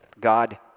God